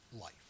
life